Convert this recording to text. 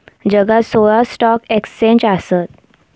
जगात सोळा stock exchange आसत